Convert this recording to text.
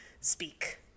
speak